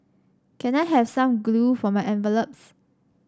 can I have some glue for my envelopes